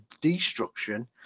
destruction